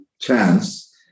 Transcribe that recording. chance